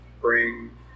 bring